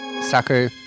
Saku